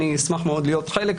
אשמח מאוד להיות חלק,